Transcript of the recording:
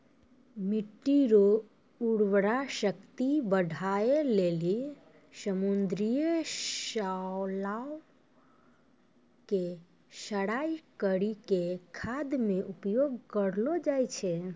मिट्टी रो उर्वरा शक्ति बढ़ाए लेली समुन्द्री शैलाव के सड़ाय करी के खाद मे उपयोग करलो जाय छै